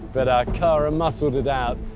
but our cara muscled it out.